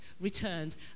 returns